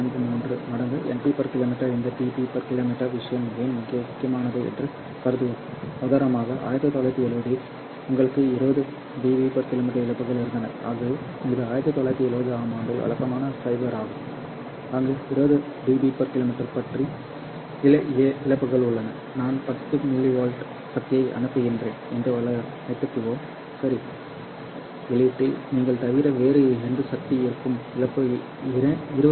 343 மடங்கு Np km இந்த db km விஷயம் ஏன் முக்கியமானது என்று கருதுவோம் உதாரணமாக 1970 இல் உங்களுக்கு 20 dBkm இழப்புகள் இருந்தன ஆகவே இது 1970 ஆம் ஆண்டில் வழக்கமான ஃபைபர் ஆகும் அங்கு 20 dBkm பற்றி இழப்புகள் உள்ளன நான் 10 mV சக்தியை அனுப்புகிறேன் என்று வைத்துக்கொள்வோம் சரி வெளியீட்டில் நீங்கள் தவிர வேறு என்ன சக்தி இருக்கும் இழப்பு 20 dB km மற்றும் உள்ளீடு 10mV என்பதால் 1 Km